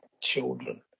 children